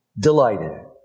Delighted